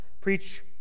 preach